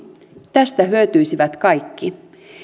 tästä hyötyisivät kaikki